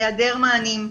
היעדר מענים.